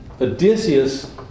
Odysseus